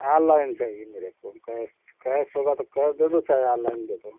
online चाहिए मेरे को कैस कैस होगा तो कैस दे दो चाहे आनलाइन दे दो